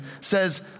says